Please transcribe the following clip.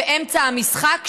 באמצע משחק,